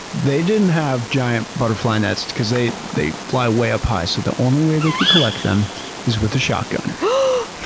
they didn't have giant butterfly nets because they they fly way up high. so the only way they could collect them is with a shotgun. no!